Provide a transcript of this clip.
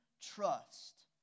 trust